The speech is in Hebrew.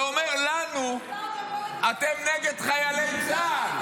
ואומר לנו: אתם נגד חיילי צה"ל.